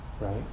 right